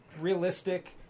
Realistic